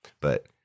But-